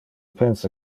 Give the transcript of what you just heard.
pensa